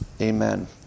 Amen